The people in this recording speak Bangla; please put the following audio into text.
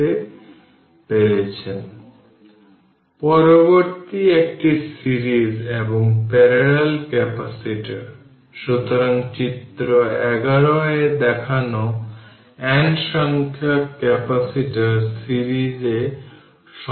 প্রকৃতপক্ষে আমি যা খুঁজে পেয়েছি তা মূলত ফর্ম ইকুইভ্যালেন্ট ক্যাপাসিটর যা মোট চার্জ তবে 20 এবং 30 মাইক্রোফ্যারাড ক্যাপাসিটর সিরিজে রয়েছে